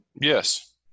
Yes